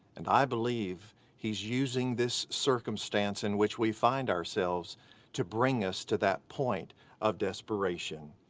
and i believe he's using this circumstance in which we find ourselves to bring us to that point of desperation.